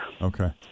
Okay